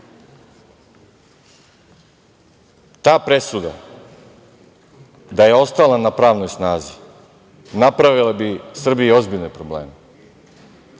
Ta presuda da je ostala na pravnoj snazi napravila bi Srbiji ozbiljne probleme